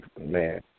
man